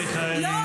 חברת הכנסת מיכאלי.